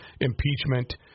impeachment